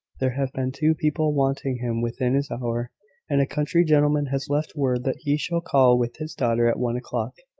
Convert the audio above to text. there have been two people wanting him within this hour and a country gentleman has left word that he shall call with his daughter at one o'clock.